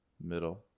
middle